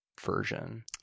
version